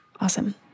Awesome